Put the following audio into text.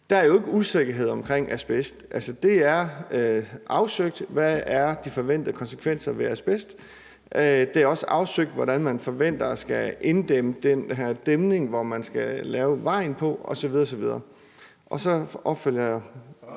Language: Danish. Der er jo ikke usikkerhed omkring asbest. Det er afsøgt, hvad de forventede konsekvenser er ved asbest. Det er også afsøgt, hvordan man forventer at skulle inddæmme den her dæmning, hvor man skal lave vejen osv. osv. Så opfølger jeg